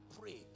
pray